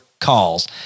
calls